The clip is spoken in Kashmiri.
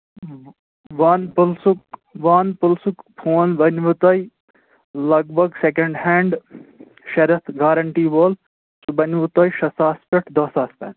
وَن پٕلسُک وَن پٕلسُک فون بَنہِ وٕ تۄہہِ لگ بگ سٮ۪کَٮ۪نٛڈ ہینٛڈ شےٚ رٮ۪تھ گارَنٹی وول سُہ بَنہِ وٕ تۄہہِ شےٚ ساس پٮ۪ٹھ دَہ ساس تام